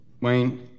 Wayne